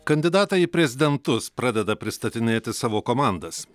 kandidatai į prezidentus pradeda pristatinėti savo komandas